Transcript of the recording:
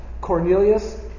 Cornelius